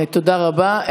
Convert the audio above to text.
תודה רבה.